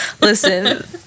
Listen